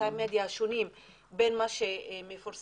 באמצעי המדיה השונים בין מה שמפורסם